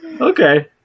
Okay